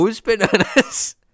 bananas